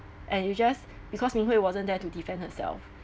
and you just because ming hui wasn't there to defend herself